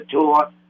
tour